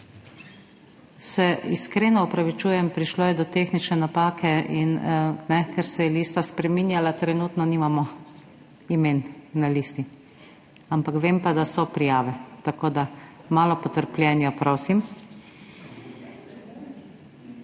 Se iskreno opravičujem, prišlo je do tehnične napake in ker se je lista spreminjala, trenutno nimamo imen na listi, ampak vem pa, da so prijave, tako da prosim za malo potrpljenja. Ni